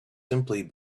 simply